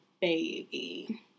baby